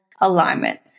alignment